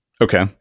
Okay